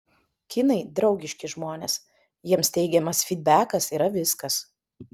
kinai draugiški žmonės jiems teigiamas fydbekas yra viskas